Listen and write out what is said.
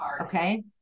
Okay